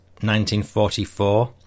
1944